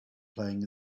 playing